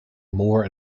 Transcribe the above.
more